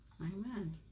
Amen